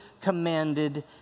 commanded